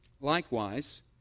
Likewise